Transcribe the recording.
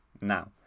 now